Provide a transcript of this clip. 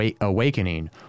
awakening